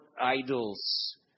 idols